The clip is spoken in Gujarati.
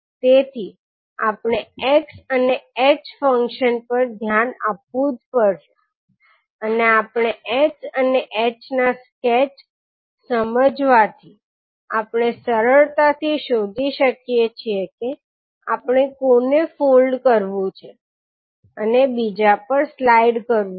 તેથી આપણે x અને h ફંક્શન પર ધ્યાન આપવું જ પડશે અને આપણે x અને h ના સ્કેચ સમજવાથી આપણે સરળતાથી શોધી શકીએ છીએ કે આપણે કોને ફોલ્ડ કરવું છે અને બીજા પર સ્લાઈડ કરવું છે